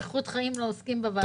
אריכות חיים לעוסקים בוועדה.